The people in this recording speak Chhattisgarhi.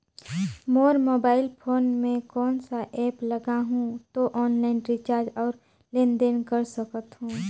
मोर मोबाइल फोन मे कोन सा एप्प लगा हूं तो ऑनलाइन रिचार्ज और लेन देन कर सकत हू?